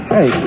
Hey